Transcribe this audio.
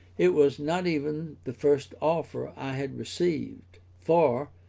it was not even the first offer i had received, for,